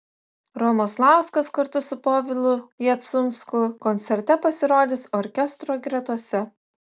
romoslauskas kartu su povilu jacunsku koncerte pasirodys orkestro gretose